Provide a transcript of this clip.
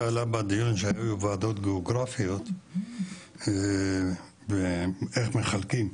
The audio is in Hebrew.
זה עלה בדיון שהיו ועדות גאוגרפיות, איך מחלקים,